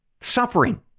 suffering